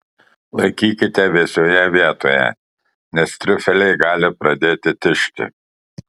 laikykite vėsioje vietoje nes triufeliai gali pradėti tižti